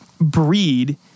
breed